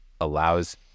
allows